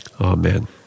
Amen